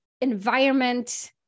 environment